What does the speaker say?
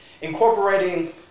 incorporating